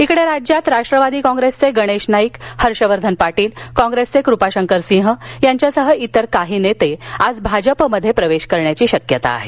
इकडे राज्यात राष्ट्रवादी काँग्रेसचे गणेश नाईक हर्षवर्धन पाटील काँग्रेसचे कूपाशंकर सिंह यांच्यासह इतर काही नेते आज भाजपामध्ये प्रवेश करण्याची शक्यता आहे